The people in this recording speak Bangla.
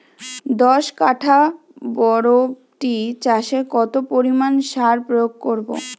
দশ কাঠা বরবটি চাষে কত পরিমাণ সার প্রয়োগ করব?